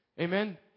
Amen